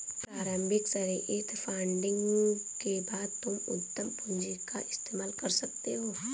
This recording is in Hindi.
प्रारम्भिक सईद फंडिंग के बाद तुम उद्यम पूंजी का इस्तेमाल कर सकते हो